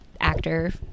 actor